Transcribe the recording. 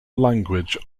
language